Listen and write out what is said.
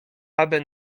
aby